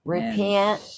Repent